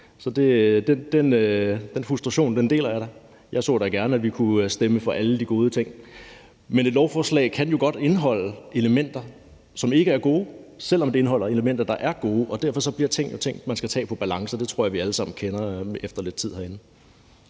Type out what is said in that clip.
så den frustration deler jeg da. Jeg så da gerne, at vi kunne stemme for alle de gode ting, men et lovforslag kan jo godt indeholde elementer, som ikke er gode, selv om det indeholder elementer, der er gode, og derfor bliver der jo ting, man skal tage på balancen, og det tror jeg vi alle sammen kender efter lidt tid herinde.